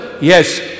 Yes